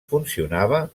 funcionava